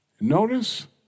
Notice